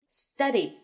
study